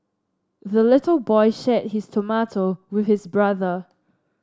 the little boy shared his tomato with his brother